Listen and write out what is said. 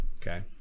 Okay